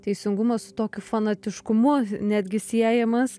teisingumas su tokiu fanatiškumu netgi siejamas